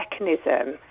mechanism